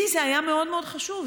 לי זה היה מאוד מאוד חשוב.